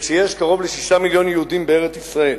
וכשיש קרוב ל-6 מיליוני יהודים בארץ-ישראל,